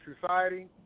society